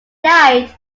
night